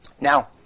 Now